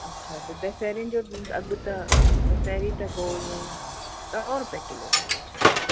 अच्छा त दशहरीन जो अघि त दशहरी त पोइ ईअं ई ॾह रुपए किलो अथव उहे छड़ो